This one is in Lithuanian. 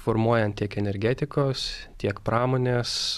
formuojant tiek energetikos tiek pramonės